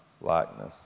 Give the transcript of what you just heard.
likeness